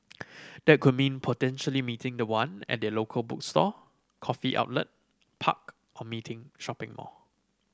that could mean potentially meeting the one at their local bookstore coffee outlet park or meeting shopping mall